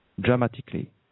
dramatically